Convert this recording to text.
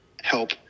help